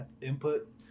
input